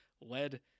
led